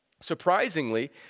Surprisingly